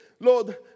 Lord